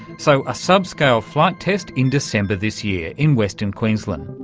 so, a subscale flight test in december this year in western queensland.